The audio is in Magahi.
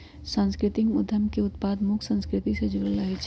सांस्कृतिक उद्यम के उत्पाद मुख्य संस्कृति से जुड़ल रहइ छै